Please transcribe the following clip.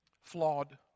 flawed